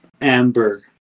amber